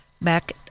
back